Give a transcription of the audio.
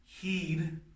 heed